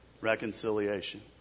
Reconciliation